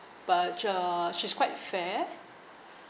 but uh she's quite fair